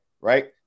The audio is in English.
Right